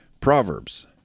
Proverbs